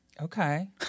Okay